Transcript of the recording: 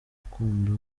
rukundo